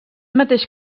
mateix